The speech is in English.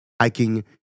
hiking